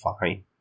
fine